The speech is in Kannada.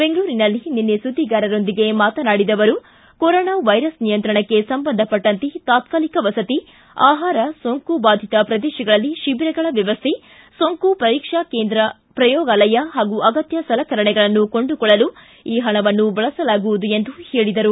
ಬೆಂಗಳೂರಿನಲ್ಲಿ ನಿನ್ನೆ ಸುದ್ದಿಗಾರರೊಂದಿಗೆ ಮಾತನಾಡಿದ ಅವರು ಕೊರೊನಾ ವೈರಸ್ ನಿಯಂತ್ರಣಕ್ಕ ಸಂಬಂಧಪಟ್ಟಂತೆ ತಾತ್ಕಾಲಿಕ ವಸತಿ ಆಹಾರ ಸೋಂಕು ಬಾಧಿತ ಪ್ರದೇಶಗಳಲ್ಲಿ ಶಿಬಿರಗಳ ವ್ಯವಸ್ಥೆ ಸೋಂಕು ಪರೀಕ್ಷಾ ಪ್ರಯೋಗಾಲಯ ಪಾಗೂ ಅಗತ್ತ ಸಲಕರಣೆಗಳನ್ನು ಕೊಂಡುಕೊಳ್ಳಲು ಈ ಹಣವನ್ನು ಬಳಸಲಾಗುವುದು ಎಂದರು